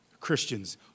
Christians